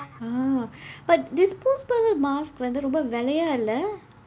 !huh! but disposable mask வந்து ரொம்ப விலையா இல்லை:vandthu rompa vilaiyaa illai